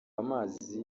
amazi